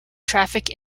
traffic